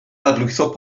dadlwytho